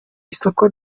isoko